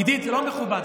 עידית, זה לא מכובד.